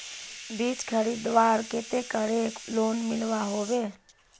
बीज खरीदवार केते कोई लोन मिलोहो होबे?